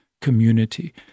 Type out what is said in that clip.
community